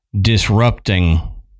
disrupting